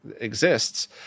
exists